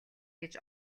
гэж